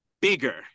bigger